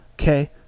okay